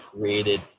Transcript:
created